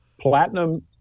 platinum